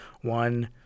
One